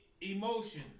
Emotion